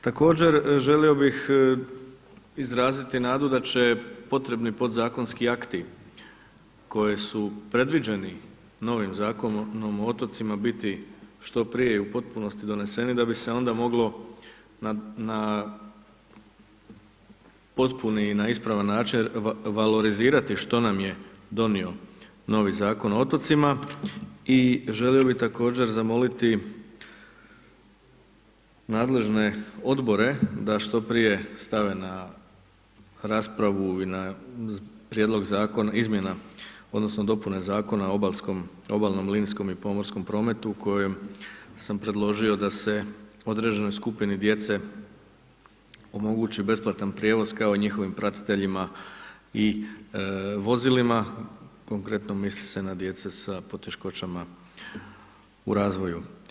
Također želio bih izraziti nadu da će potrebni podzakonski akti, koji su predviđeni novim Zakonom o otocima, biti što prije i u potpunosti donesene, da bi se onda moglo na potpuni, na ispravan način valorizirati što nam je donio novi Zakon o otocima i želio bi također zamoliti nadležne odbore, da što prije stave na raspravu i na prijedlog zakona, izmjena, odnosno, dopune zakona o obalnom, linijskom i pomorskom prometu, kojem sam predložio da se određenoj skupini djece omogući besplatan prijevoz, kao i njihovim pratiteljima i vozilima, konkretno misli se na djece sa poteškoćama u razvoju.